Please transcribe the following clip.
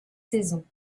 saison